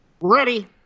Ready